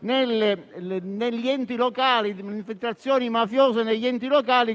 negli enti locali